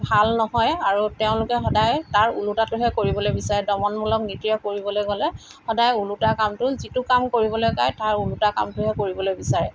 ভাল নহয় আৰু তেওঁলোকে সদায় তাৰ ওলোটাটোহে কৰিবলৈ বিচাৰে দমনমূলক নীতিৰে কৰিবলৈ গ'লে সদায় ওলোটা কামটো যিটো কাম কৰিবলৈ কয় তাৰ ওলোটা কামটোহে কৰিবলৈ বিচাৰে